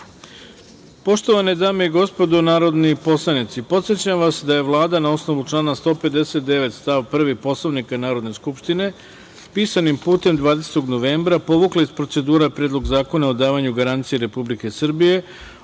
predlog. Poštovane dame i gospodo narodni poslanici, podsećam vas da je Vlada na osnovu člana 159. stav 1. Poslovnika Narodne skupštine pisanim putem 20. novembra povukla iz procedure Predlog zakona o davanju garancije Republike Srbije